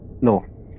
No